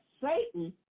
Satan